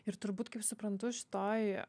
ir turbūt kaip suprantu šitoj